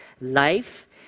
Life